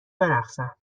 برقصم